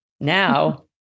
Now